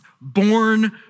born